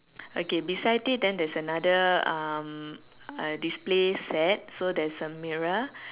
okay beside it then there's another um a display set so there's a mirror